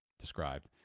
described